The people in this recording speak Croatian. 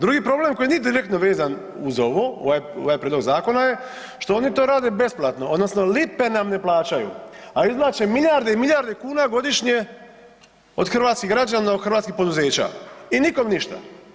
Drugi problem koji nije direktno vezan uz ovo, ovaj prijedlog zakona je što oni to rade besplatno odnosno lipe nam ne plaćaju, a izvlače milijarde i milijarde kuna godišnje od hrvatskih građana i hrvatskih poduzeća i nikom ništa.